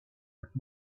but